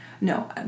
no